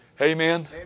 Amen